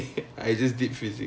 oh